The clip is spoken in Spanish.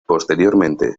posteriormente